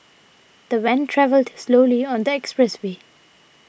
the van travelled slowly on the expressway